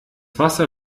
wasser